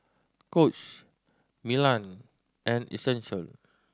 Coach Milan and Essential